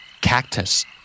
Cactus